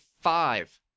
five